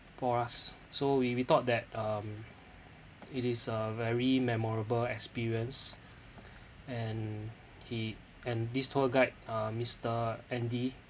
for us so we we thought that um it is a very memorable experience and he and this tour guide uh mister andy